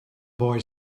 boy